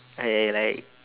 I like